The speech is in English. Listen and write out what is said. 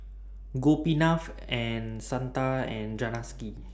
Gopinath Santha and Janaki